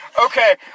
Okay